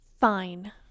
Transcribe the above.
Fine